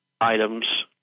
items